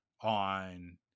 on